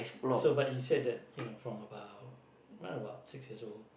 so but you said that you know from about right about six years old